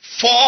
Four